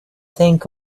think